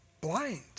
blind